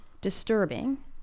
disturbing